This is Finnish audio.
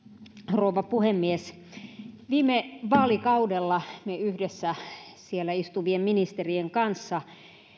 rouva puhemies viime vaalikaudella me yhdessä siellä istuvien ministerien kanssa